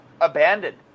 abandoned